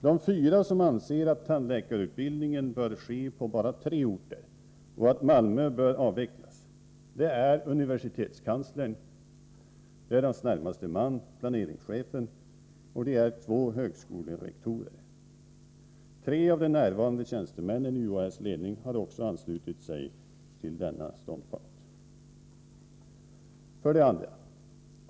De fyra ledamöter som anser att tandläkarutbildning bör finnas på endast tre orter och att utbildningen i Malmö bör avvecklas är universitetskanslern, hans närmaste man — planeringschefen — och två högskolerektorer. Även tre av de närvarande tjänstemännen i UHÄ:s ledning har tagit samma ståndpunkt. 2.